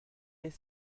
les